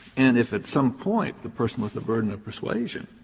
and if at some point, the person with the burden of persuasion